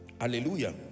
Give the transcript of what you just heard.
hallelujah